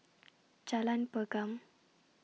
Jalan Pergam